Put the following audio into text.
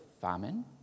famine